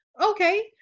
Okay